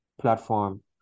platform